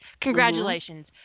Congratulations